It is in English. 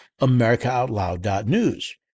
AmericaOutloud.news